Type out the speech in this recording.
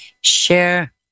share